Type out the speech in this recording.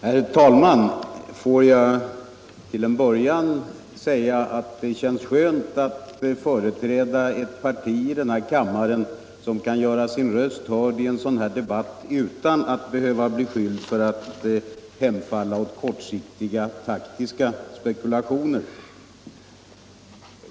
Herr talman! Låt mig till en början säga att det känns skönt att företräda ett parti i denna kammare som kan göra sin röst hörd i en sådan här debatt utan att behöva bli beskyllt för att hemfalla åt kortsiktiga taktiska spekulationer.